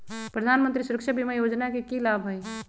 प्रधानमंत्री सुरक्षा बीमा योजना के की लाभ हई?